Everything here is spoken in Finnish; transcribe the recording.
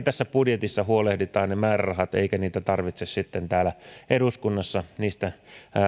tässä budjetissa huolehditaan määrärahat eikä niitä tarvitse sitten täällä eduskunnassa